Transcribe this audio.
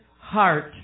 heart